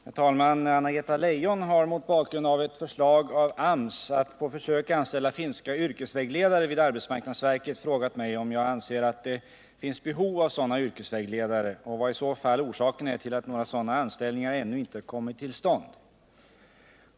Herr talman! Anna-Greta Leijon har — mot bakgrund av ett förslag av AMS att på försök anställa finska yrkesvägledare vid arbetsmarknadsverket — frågat mig om jag anser att det finns behov av sådana yrkesvägledare och vad i så fall orsaken är till att några sådana anställningar ännu inte kommit till stånd.